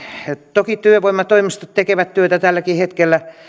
toki työvoimatoimistot tekevät työtä tälläkin hetkellä